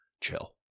chill